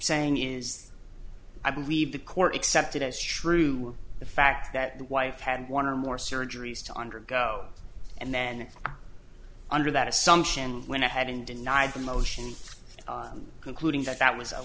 saying is i believe the court accepted as true the fact that the wife had one or more surgeries to undergo and then under that assumption went ahead and denied the motion concluding that that